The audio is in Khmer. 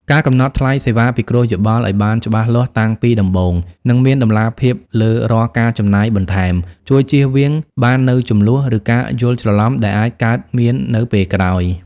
ការកំណត់ថ្លៃសេវាពិគ្រោះយោបល់ឱ្យបានច្បាស់លាស់តាំងពីដំបូង និងមានតម្លាភាពលើរាល់ការចំណាយបន្ថែម ជួយជៀសវាងបាននូវជម្លោះ ឬការយល់ច្រឡំដែលអាចកើតមាននៅពេលក្រោយ។